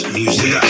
music